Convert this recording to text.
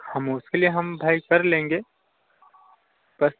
हम उसके लिए हम भाई कर लेंगे बस